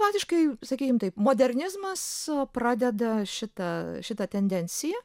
faktiškai sakykim taip modernizmas pradeda šitą šitą tendenciją